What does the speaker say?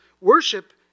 Worship